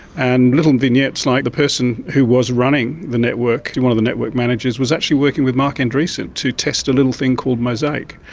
and little vignettes like the person who was running the network, one of the network managers, was actually working with marc andreessen to test a little thing called mosaic.